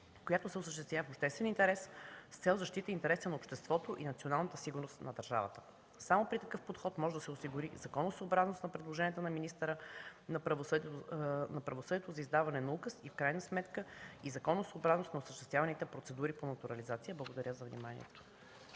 която се осъществява в обществен интерес с цел защитата интересите на обществото и националната сигурност на държавата. Само при такъв подход може да се осигури законосъобразност на предложението на министъра на правосъдието за издаване на указ и в крайна сметка и законосъобразност на осъществяваните процедури по натурализация. Благодаря за вниманието.